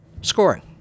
scoring